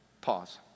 Pause